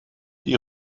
die